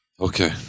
Okay